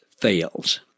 fails